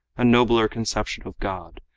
a nobler conception of god,